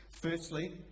Firstly